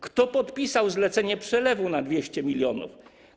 Kto podpisał zlecenie przelewu na 200 mln zł?